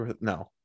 No